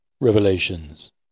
Revelations